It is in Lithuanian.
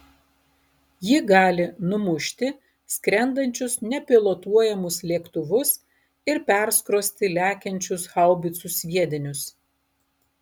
ji gali numušti skrendančius nepilotuojamus lėktuvus ir perskrosti lekiančius haubicų sviedinius